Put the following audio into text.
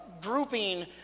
Grouping